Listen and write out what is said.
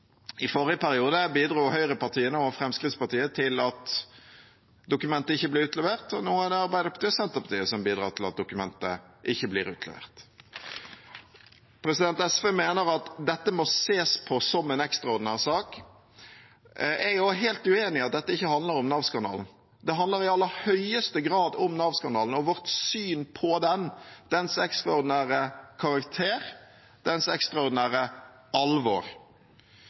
I forrige periode bidro høyrepartiene og Fremskrittspartiet til at dokumentet ikke bli utlevert. Nå er det Arbeiderpartiet og Senterpartiet som bidrar til at dokumentet ikke blir utlevert. SV mener at dette må ses på som en ekstraordinær sak. Jeg er helt uenig i at dette ikke handler om Nav-skandalen. Det handler i aller høyeste grad om Nav-skandalen og vårt syn på dens ekstraordinære karakter, dens ekstraordinære alvor.